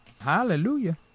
Hallelujah